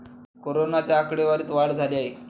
कोरोनाच्या आकडेवारीत वाढ झाली आहे